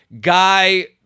guy